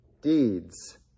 deeds